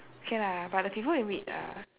okay lah but the people you meet are